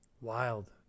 Wild